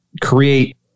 create